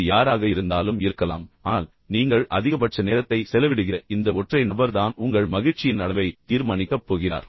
அது யாராக இருந்தாலும் இருக்கலாம் ஆனால் நீங்கள் அதிகபட்ச நேரத்தை செலவிடுகிற இந்த ஒற்றை நபர் தான் உங்கள் மகிழ்ச்சியின் அளவை தீர்மானிக்கப் போகிறார்